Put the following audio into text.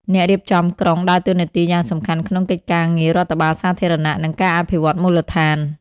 អ្នករៀបចំក្រុងដើរតួនាទីយ៉ាងសំខាន់ក្នុងកិច្ចការងាររដ្ឋបាលសាធារណៈ និងការអភិវឌ្ឍមូលដ្ឋាន។